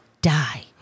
Die